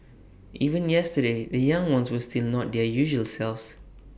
even yesterday the young ones were still not their usual selves